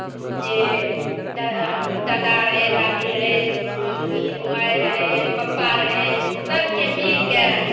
ओ जे दऽ हम ददा रहै दादी रहै मम्मी माइ रहै पप्पा रहै सभके मिलिके